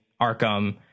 Arkham